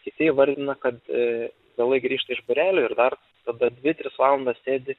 kiti įvardina kad vėlai grįžta iš būrelių ir dar tada dvi tris valandas sėdi